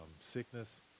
sickness